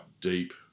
deep